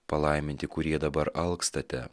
palaiminti kurie dabar alkstate